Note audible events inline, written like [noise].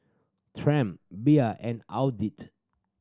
Triumph Bia and [unintelligible]